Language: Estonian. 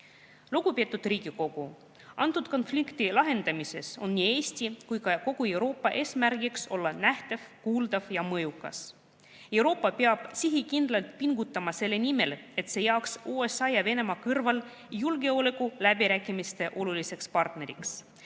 määrata. Lugupeetud Riigikogu! Selle konflikti lahendamisel on nii Eesti kui ka kogu Euroopa eesmärk olla nähtav, kuuldav ja mõjukas. Euroopa peab sihikindlalt pingutama selle nimel, et ta jääks USA ja Venemaa kõrval julgeolekuläbirääkimiste oluliseks partneriks.